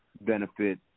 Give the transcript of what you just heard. benefit